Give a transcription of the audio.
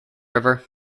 river